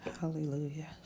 Hallelujah